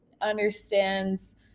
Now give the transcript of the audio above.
understands